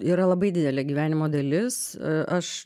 yra labai didelė gyvenimo dalis aš